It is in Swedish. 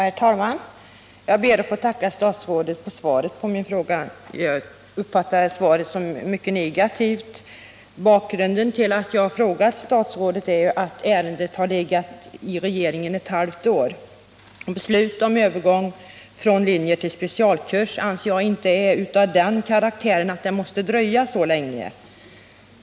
Herr talman! Jag ber att få tacka statsrådet för svaret på min fråga. Jag uppfattar svaret som mycket negativt. Bakgrunden till att jag har frågat statsrådet är ju att ärendet har legat i regeringen ett halvt år. Beslut om övergång från specialkurs till linje anser jag inte är av den karaktären att det måste dröja så länge.